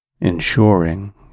ensuring